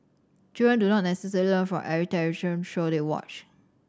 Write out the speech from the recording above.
children do not necessarily learn from every television show they watch